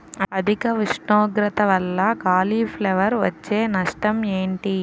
అధిక ఉష్ణోగ్రత వల్ల కాలీఫ్లవర్ వచ్చే నష్టం ఏంటి?